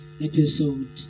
episode